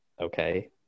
Okay